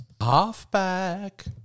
halfback